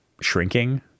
shrinking